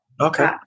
okay